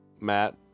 Matt